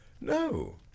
No